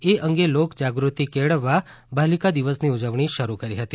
એ અંગે લોકજાગૃતિ કેળવવા બાલિકા દિવસની ઉજવણી શરૂ કરી હતી